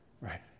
right